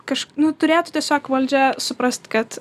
kažk nu turėtų tiesiog valdžia suprast kad